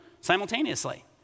simultaneously